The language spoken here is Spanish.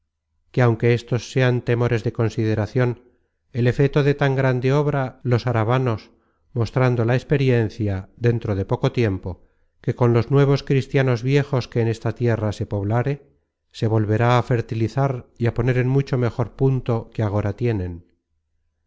que aunque éstos sean temores de consideracion el efeto de tan grande obra los hará vanos mostrando la experiencia dentro de poco tiempo que con los nuevos cristianos viejos que esta tierra se pobláre se volverá á fertilizar y á poner en mucho mejor punto que agora tienen